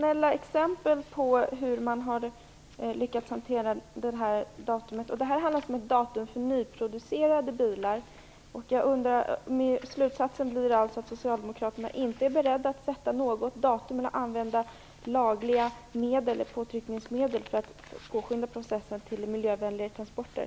Fru talman! Det finns ganska många internationella exempel på hur man lyckats hantera detta med datum när det gäller nyproducerade bilar. Slutsatsen blir alltså att socialdemokraterna inte är beredda att sätta ett datum eller använda lagliga påtryckningsmedel för att påskynda processen mot miljövänligare transporter.